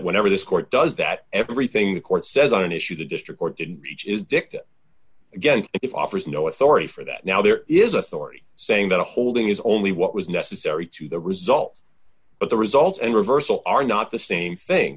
whenever this court does that everything the court says on an issue the district court didn't reach is dicta again if i offer is no authority for that now there is a story saying that a holding is only what was necessary to the result but the result and reversal are not the same thing